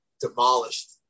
demolished